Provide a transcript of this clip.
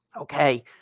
Okay